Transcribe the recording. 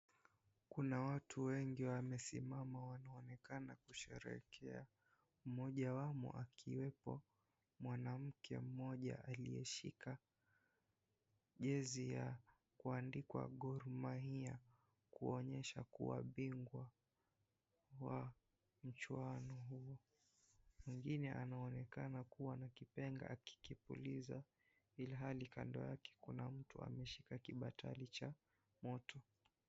Kuna watu wengi wamesimama wanaonekaana kusherehekea, mmojawamo akiwapo mwanamke mmoja aliyeshika jezi ya kuandikwa Gor Mahia kuonyesha kuwa bigwa wa mchwana huu, mwingine anaonekana kuwa na kipenga akikipuliza ilihali kando yake kuna mtu ameshika kibatari cha moto.